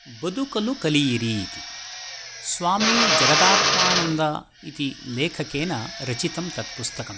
बदुकलु कलियिरि इति स्वामी जगदात्मानन्द इति लेखकेन रचितं तत् पुस्तकं